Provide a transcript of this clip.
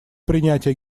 принятия